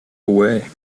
away